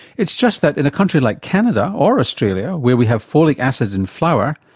it's just that in a country like canada or australia where we have folic acid in flour,